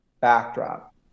backdrop